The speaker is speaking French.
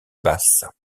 basse